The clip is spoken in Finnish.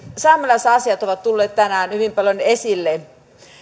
saamelaisasiat ovat tulleet tänään hyvin paljon esille